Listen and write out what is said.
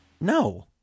No